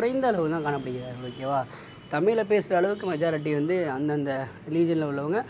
குறைந்த அளவில் தான் காணப்படுகிறார்கள் ஓகேவா தமிழை பேசுற அளவுக்கு மெஜாரட்டி வந்து அந்தந்த ரிலிஜியனில் உள்ளவங்க